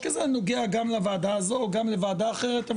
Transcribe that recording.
כי זה נוגע גם לוועדה הזו וגם לוועדה אחרת,